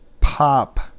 pop